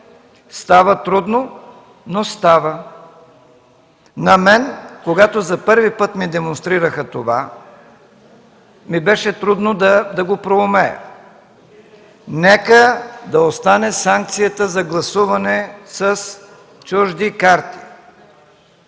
Става трудно, но става. На мен, когато за първи път ми демонстрираха това, ми беше трудно да го проумея. Нека да остане санкцията за гласуване с чужди карти.